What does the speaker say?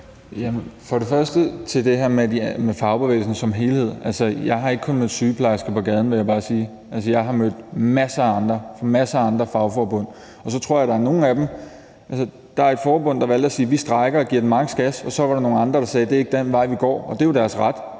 For det første vil jeg til det her med fagbevægelsen som helhed bare sige, at jeg ikke kun har mødt sygeplejersker på gaden, men at jeg også har mødt masser af andre fra masser af andre fagforbund. Der var et forbund, der valgte at sige, at de strejker og giver den maks. gas, og så var der nogle andre, der sagde, at det ikke er den vej, de går, og det er jo deres ret.